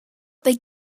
they